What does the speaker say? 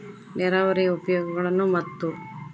ನೇರಾವರಿಯ ಉಪಯೋಗಗಳನ್ನು ಮತ್ತು?